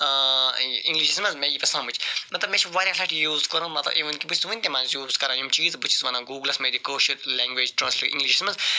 اِنٛگلِشَس مَنٛز مےٚ یی پَتہٕ سمجھ مَطلَب مےٚ چھِ واریاہ لَٹہِ یہِ یوٗز کوٚرمُت مَطلَب اِون کہِ بہٕ چھُس وٕنۍ تہِ مَنٛزٕ یوٗز کران یِم چیٖز تہٕ بہٕ چھُس ونان گوٗگلَس مےٚ دِ کٲشُر لٮ۪نٛگویج ٹرٛانٕسلیٹ اِنٛگلِشَس مَنٛز